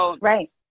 Right